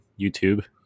YouTube